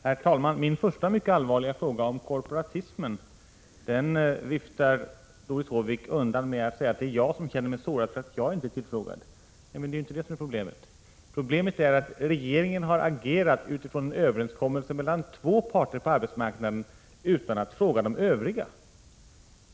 Herr talman! Min första mycket allvarliga fråga om korporativismen viftar Doris Håvik undan med att säga att det är jag som känner mig sårad för att jag inte är tillfrågad. Men det är ju inte det som är problemet. Problemet är att regeringen har agerat utifrån en överenskommelse mellan två parter på arbetsmarknaden utan att fråga de övriga.